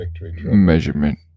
measurement